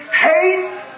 hate